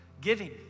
giving